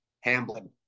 Hamblin